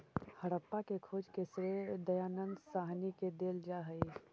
हड़प्पा के खोज के श्रेय दयानन्द साहनी के देल जा हई